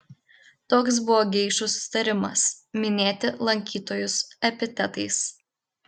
toks buvo geišų susitarimas minėti lankytojus epitetais